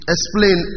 Explain